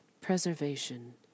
preservation